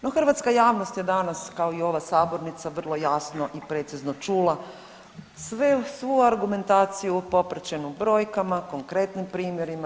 No hrvatska javnost je danas kao i ova sabornica vrlo jasno i precizno čula svu argumentaciju popraćenu brojkama, konkretnim primjerima.